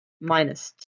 minus